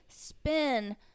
spin